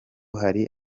hari